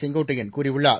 செங்கோட்டையன் கூறியுள்ளார்